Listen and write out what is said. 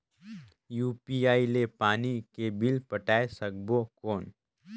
UPI ले पानी के बिल पटाय सकबो कौन?